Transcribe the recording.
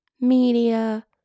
media